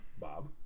Bob